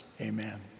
amen